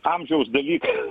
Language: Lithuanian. amžiaus dalykai